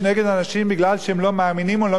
או לא מתנהגים ואורחות חייהם שונים,